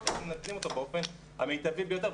איך מנצלים אותו באופן המיטבי ביותר.